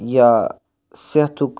یا صحتُک